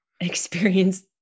experience